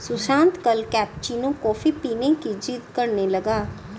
सुशांत कल cappuccino coffee पीने की जिद्द करने लगा